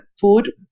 food